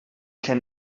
can